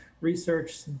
research